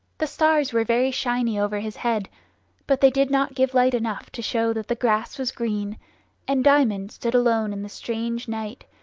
the stars were very shiny over his head but they did not give light enough to show that the grass was green and diamond stood alone in the strange night,